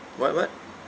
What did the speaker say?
what what